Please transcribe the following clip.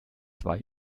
zwei